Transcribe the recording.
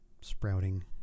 sprouting